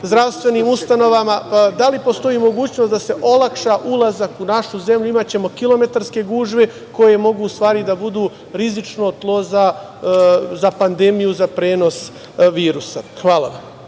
zdravstvenim ustanovama. Da li postoji mogućnost da se olakša ulazak u našu zemlju? Imaćemo kilometarske gužve koje mogu u stvari da budu rizično tlo za pandemiju, za prenos virusa. Hvala.